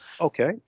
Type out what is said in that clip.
Okay